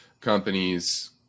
companies